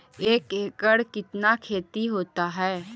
एक एकड़ कितना खेति होता है?